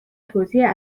توزیع